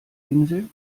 insel